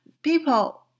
people